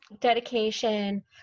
Dedication